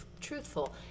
truthful